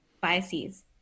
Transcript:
biases